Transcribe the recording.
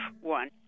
one